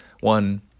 one